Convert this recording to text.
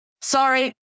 Sorry